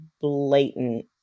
blatant